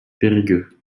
périgueux